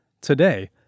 Today